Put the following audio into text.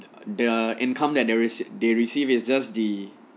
the income that they receive they receive is just the